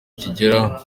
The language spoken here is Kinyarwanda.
kigera